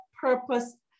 purpose